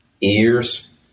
ears